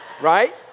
Right